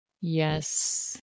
Yes